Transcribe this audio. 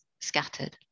scattered